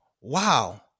wow